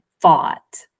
fought